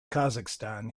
kazakhstan